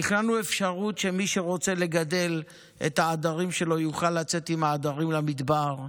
תכננו אפשרות שמי שרוצה לגדל את העדרים שלו יוכל לצאת עם העדרים למדבר,